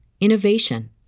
innovation